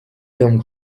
tom